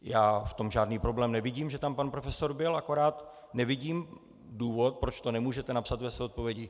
Já v tom žádný problém nevidím, že tam pan profesor byl, akorát nevidím důvod, proč to nemůžete napsat ve své odpovědi.